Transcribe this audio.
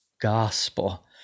gospel